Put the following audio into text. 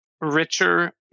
richer